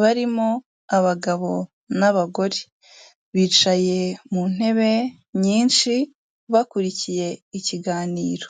barimo abagabo n'abagore, bicaye mu ntebe nyinshi bakurikiye ikiganiro.